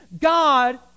God